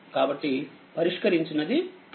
కాబట్టిపరిష్కరించినది ఇది